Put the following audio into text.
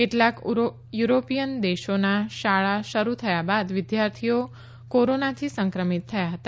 કેટલાક યુરોપીયન દેશોમાં શાળા શરૂ થયા બાદ વિદ્યાર્થીઓ કોરોનાથી સંક્રમિત થયા હતા